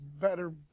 Better